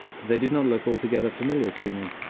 but they did not look altogether familiar to me.